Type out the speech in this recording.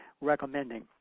recommending